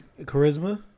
charisma